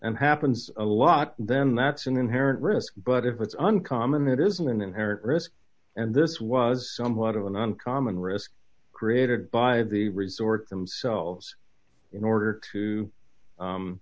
and happens a lot then that's an inherent risk but if it's uncommon it is an inherent risk and this was somewhat of an uncommon risk created by the resort themselves in order to u